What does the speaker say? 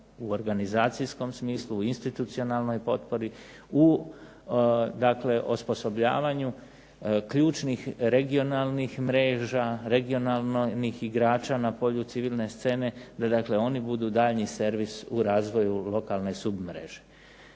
u organizacijskom smislu, u institucionalnoj potpori, u dakle osposobljavanju ključnih regionalnih mreža, regionalnih igrača na polju civilne scene, da dakle oni budu daljnji servis u razvoju lokalne submreže.